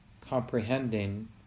comprehending